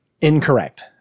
Incorrect